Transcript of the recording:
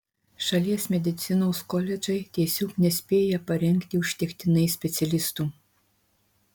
šalies medicinos koledžai tiesiog nespėja parengti užtektinai specialistų